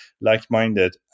like-minded